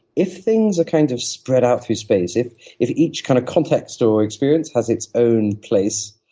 if things are kind of spread out through space, if if each kind of context or experience has its own place,